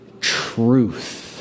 truth